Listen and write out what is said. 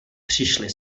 přišly